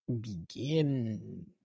begin